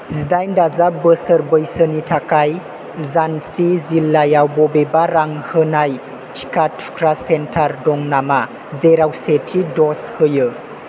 जिदाइन दाजाब बोसोर बैसोनि थाखाय झान्सि जिल्लायाव बबेबा रां होनाय टिका थुग्रा सेन्टार दं नामा जेराव सेथि दज होयो